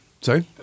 Sorry